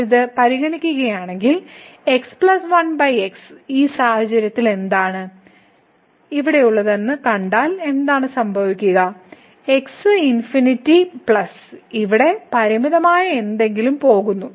നമ്മൾ ഇത് പരിഗണിക്കുകയാണെങ്കിൽ ഈ സാഹചര്യത്തിൽ എന്താണ് ഇവിടെയുള്ളതെന്ന് കണ്ടാൽ എന്താണ് സംഭവിക്കുന്നത് x ∞ പ്ലസ് ഇവിടെ പരിമിതമായ എന്തെങ്കിലും പോകുന്നു